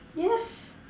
yes